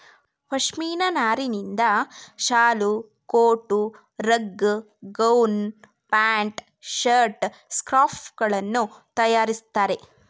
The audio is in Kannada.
ಪಶ್ಮಿನ ನಾರಿನಿಂದ ಶಾಲು, coat, rug, gown, pant, shirt, scarf ಗಳನ್ನು ತರಯಾರಿಸ್ತರೆ